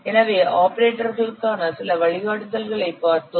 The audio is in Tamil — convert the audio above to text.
எனவே ஆபரேட்டர்களுக்கான சில வழிகாட்டுதல்களைப் பார்த்தோம்